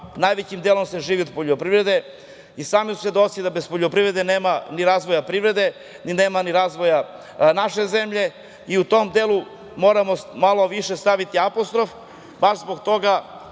najvećim delom se živi od poljoprivrede i sami smo svedoci da bez poljoprivrede nema ni razvoja privrede, nema ni razvoja naše zemlje. U tom delu moramo malo više staviti apostrof, baš zbog toga